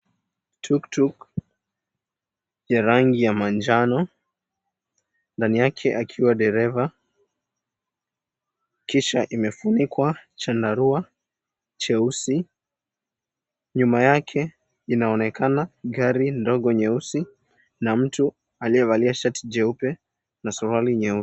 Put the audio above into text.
Tuk tuk ya rangi ya manjano, ndani yake akiwa dereva, kisha imefunikwa chandarua cheusi. Nyuma yake inaonekana gari ndogo nyeusi, na mtu aliyevalia shati jeupe na suruali nyeusi.